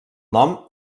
nom